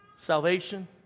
Salvation